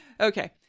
Okay